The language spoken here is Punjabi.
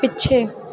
ਪਿੱਛੇ